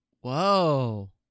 Whoa